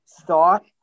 thought